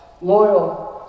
loyal